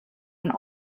and